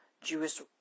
Jewish